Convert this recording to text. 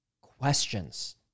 questions